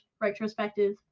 retrospective